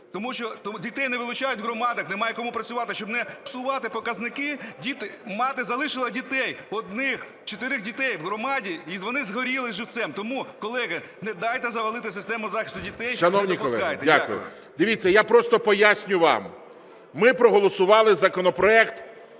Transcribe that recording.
Тому що дітей не вилучають в громадах, немає кому працювати. Щоб не псувати показники, мати залишила дітей одних, чотирьох дітей в громаді, і вони згоріли живцем. Тому, колеги, не дайте завалити систему захисту дітей, не допускайте. Дякую. ГОЛОВУЮЧИЙ. Шановні колеги, дякую. Дивіться, я просто поясню вам. Ми проголосували законопроект